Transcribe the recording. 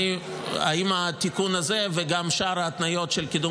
האם התיקון הזה וגם שאר ההתניות של קידום